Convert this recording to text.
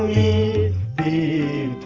a a